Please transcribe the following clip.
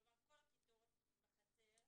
כלומר, כל הכיתות בחצר,